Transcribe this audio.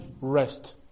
rest